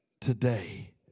today